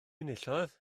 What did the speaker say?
enillodd